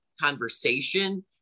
conversation